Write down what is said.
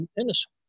innocent